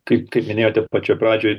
kaip kaip minėjote pačioj pradžioj